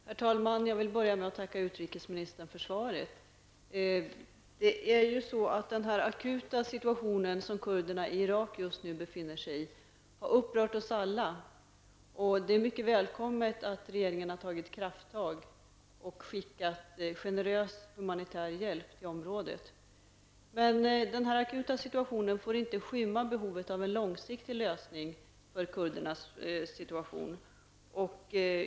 Herr talman! Jag vill börja med att tacka utrikesministern för svaret. Den akuta situation som kurderna i Irak just nu befinner sig i har upprört oss alla. Det är mycket välkommet att regeringen har tagit krafttag och att det har skickats generös humanitär hjälp till området. Den akuta situationen får emellertid inte skymma behovet av en långsiktig lösning av kurdernas situation.